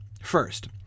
First